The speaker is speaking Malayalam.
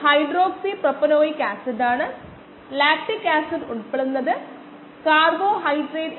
1 by v ഉം 1 by s ഉം ആണ് നമ്മൾ പ്ലോട്ട് ചെയ്യേണ്ടത്